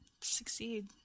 succeed